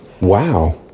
Wow